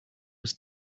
was